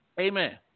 Amen